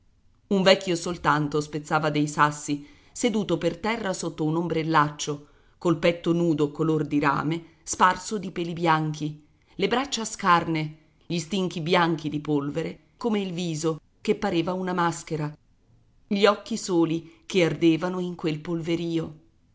un vecchio soltanto spezzava dei sassi seduto per terra sotto un ombrellaccio col petto nudo color di rame sparso di peli bianchi le braccia scarne gli stinchi bianchi di polvere come il viso che pareva una maschera gli occhi soli che ardevano in quel polverìo